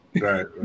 right